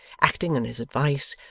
acting on his advice,